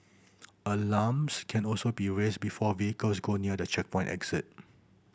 alarms can also be raised before vehicles go near the checkpoint exit